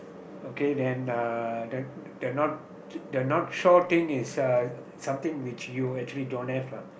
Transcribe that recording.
okay then uh the the not the not shore thing is a something which you actually don't have lah